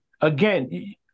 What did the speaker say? again